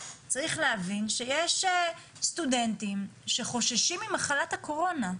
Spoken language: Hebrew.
צריך להבין שיש סטודנטים שחוששים ממחלת הקורונה,